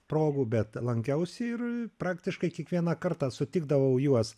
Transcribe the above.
progų bet lankiausi ir praktiškai kiekvieną kartą sutikdavau juos